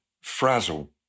frazzle